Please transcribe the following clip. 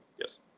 Yes